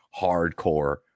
hardcore